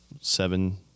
seven